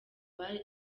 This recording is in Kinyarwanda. abana